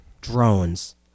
Drones